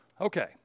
Okay